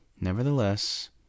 Nevertheless